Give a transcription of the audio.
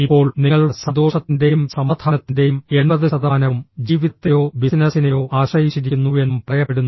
ഇപ്പോൾ നിങ്ങളുടെ സന്തോഷത്തിന്റെയും സമാധാനത്തിന്റെയും എൺപത് ശതമാനവും ജീവിതത്തെയോ ബിസിനസ്സിനെയോ ആശ്രയിച്ചിരിക്കുന്നുവെന്നും പറയപ്പെടുന്നു